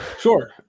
Sure